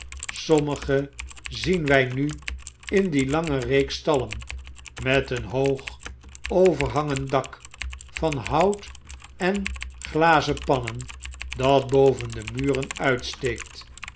sommige zien wy nu in die lange reeks stallen met een hoog overhangend dak van hout en glazen pannen dat boven de muren uitsteekt